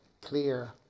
clear